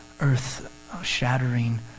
earth-shattering